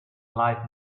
life